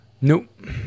Nope